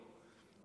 הוא הצטרף